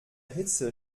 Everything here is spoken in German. hitze